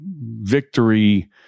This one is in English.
victory